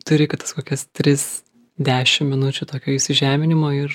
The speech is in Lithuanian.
turi kad tas kokias tris dešim minučių tokio įsižeminimo ir